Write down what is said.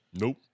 Nope